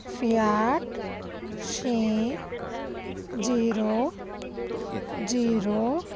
Fiat ਛੇ zero zero